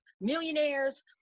millionaires